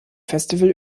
festival